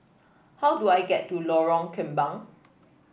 how do I get to Lorong Kembang